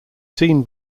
seen